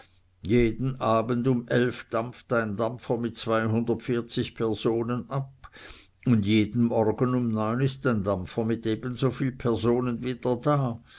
jeden abend um elf dampft ein dampfer mit personen ab und jeden morgen um neun ist ein dampfer mit ebensoviel personen wieder da